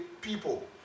people